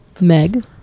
meg